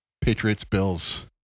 Patriots-Bills